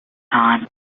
time